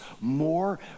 more